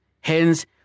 Hence